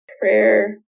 prayer